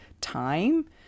time